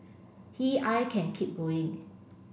he I can keep going